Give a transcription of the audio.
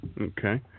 Okay